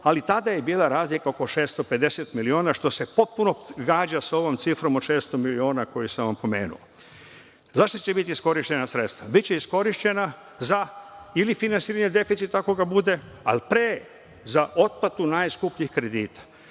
ali tada je bila razlika oko 650 miliona, što se potpuno gađa sa ovom cifrom od 600 miliona koju sam vam pomenuo. Za šta će biti iskorišćena sredstva? Biće iskorišćena za ili finansiranje deficita, ako ga bude, ali pre za otplatu najskupljih kredita.